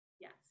yes